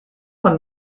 von